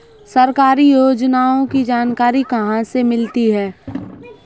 सरकारी योजनाओं की जानकारी कहाँ से मिलती है?